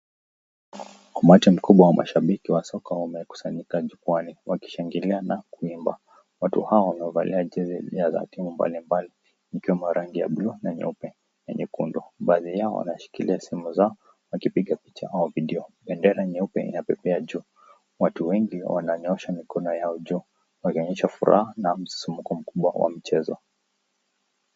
Umati mkubwa wa mashabiki wa soka wamekusanyika jukwani wakishangilia na kuimba watu hawa wamevalia jezi za timu mbalimbali ikiwemo za rangi ya blue na nyeupe na nyekundu baadhi yao wameshikilia simu zao wakipiga picha au video bendara nyeupe inapepea juu watu wengi wananyoosha mikono yao juu wakionyesha furaha na msisimko mkubwa wa mchezo.